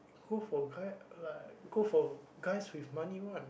go for guy like go for guys with money one